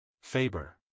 Faber